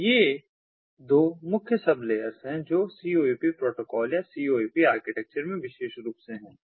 तो ये दो मुख्य सब लेयर्स हैं जो CoAP प्रोटोकॉल या CoAP आर्किटेक्चर में विशेष रूप से हैं